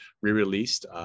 re-released